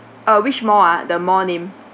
ah which mall ya the mall name